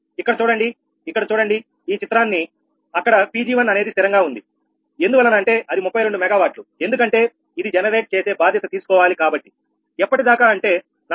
ఇక్కడ చూడండి ఇక్కడ చూడండి ఈ చిత్రాన్ని అక్కడ Pg1 అనేది స్థిరంగా ఉంది ఎందువల్లనంటే అది 32 MW ఎందుకంటే ఇది జనరేట్ చేసే బాధ్యత తీసుకోవాలి కాబట్టి ఎప్పటి దాకా అంటే 46